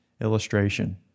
illustration